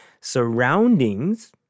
Surroundings